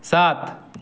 सात